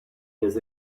years